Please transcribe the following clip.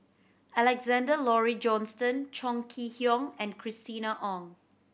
Alexander Laurie Johnston Chong Kee Hiong and Christina Ong